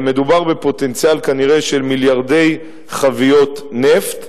מדובר בפוטנציאל כנראה של מיליארדי חביות נפט,